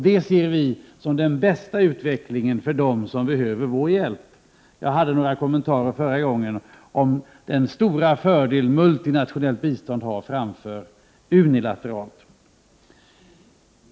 Det ser vi som den bästa utvecklingen för dem som behöver vår hjälp. I mitt förra inlägg gjorde jag några kommentarer om den stora fördelen som multinationellt bistånd har framför unilateralt.